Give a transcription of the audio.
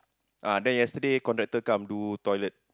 ah then yesterday contractor come do toilet